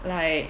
like